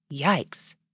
Yikes